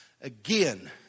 again